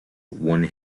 one